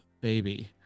baby